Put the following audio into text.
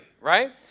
right